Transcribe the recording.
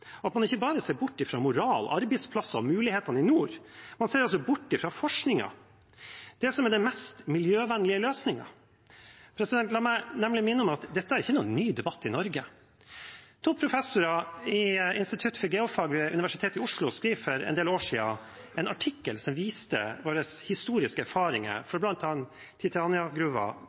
oppsiktsvekkende at man ikke bare ser bort fra moral, arbeidsplasser og mulighetene i nord, man ser bort fra forskningen og fra det som er den mest miljøvennlige løsningen. La meg minne om at dette ikke er noen ny debatt i Norge. To professorer ved Institutt for geofag ved Universitetet i Oslo skrev for en del år siden en artikkel som viste våre historiske erfaringer